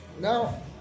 Now